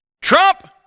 Trump